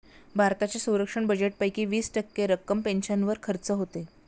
भारताच्या संरक्षण बजेटपैकी वीस टक्के रक्कम पेन्शनवर खर्च होते